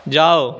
जाओ